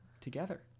together